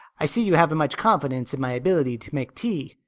i see you haven't much confidence in my ability to make tea.